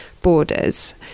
borders